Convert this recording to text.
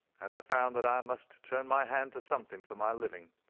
and i found that i must turn my hand to something for my living.